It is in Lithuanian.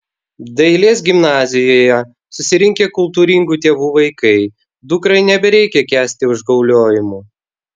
dailės gimnazijoje susirinkę kultūringų tėvų vaikai dukrai nebereikia kęsti užgauliojimų